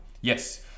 Yes